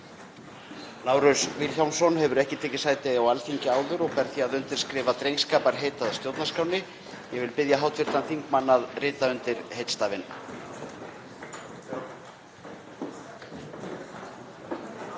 Lárus Vilhjálmsson hefur ekki tekið sæti á Alþingi áður og ber því að undirskrifa drengskaparheit að stjórnarskránni. Ég vil biðja hv. þingmann að rita undir heitstafinn.